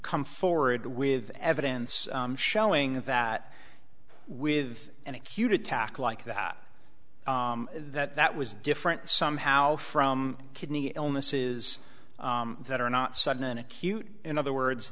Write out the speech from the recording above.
come forward with evidence showing that with an acute attack like that that was different somehow from kidney illnesses that are not sudden acute in other words